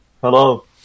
Hello